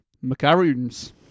Macaroons